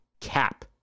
Cap